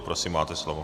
Prosím, máte slovo.